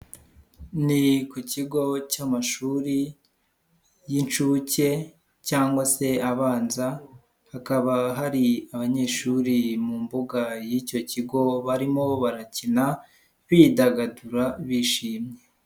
Ni ku kigo cy'amashuri y'incuke cyangwa se abanza, hakaba hari abanyeshuri mu mbuga y'icyo kigo barimo barakina bidagadura bishimye.